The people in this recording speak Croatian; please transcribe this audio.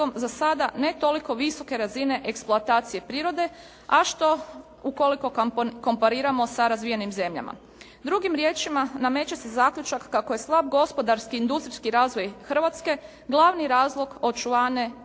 za sada ne toliko visoke razine eksploatacije prirode a što ukoliko kompariramo sa razvijenim zemljama. Drugim riječima nameće se zaključak kako je slab gospodarski i industrijski razvoj Hrvatske glavni razlog očuvane